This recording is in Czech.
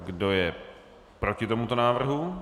Kdo je proti tomuto návrhu?